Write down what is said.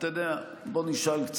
בוא נשאל: